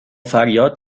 فریاد